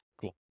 Cool